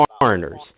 foreigners